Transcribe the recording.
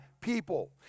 people